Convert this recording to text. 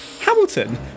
Hamilton